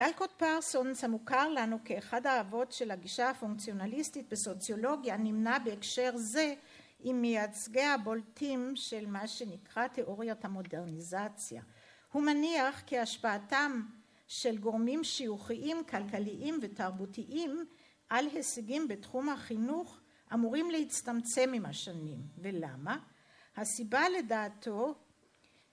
טלקוט פרסונס המוכר לנו כאחד האבות של הגישה הפונקציונליסטית בסוציולוגיה נמנה בהקשר זה עם מייצגיה הבולטים של מה שנקרא תיאוריות המודרניזציה. הוא מניח כי השפעתם של גורמים שיוכיים כלכליים ותרבותיים על הישגים בתחום החינוך אמורים להצטמצם עם השנים. ולמה? הסיבה לדעתו